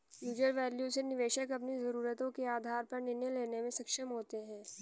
future value से निवेशक अपनी जरूरतों के आधार पर निर्णय लेने में सक्षम होते हैं